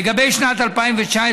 לגבי שנת 2019,